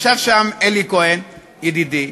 ישבו שם אלי כהן, ידידי,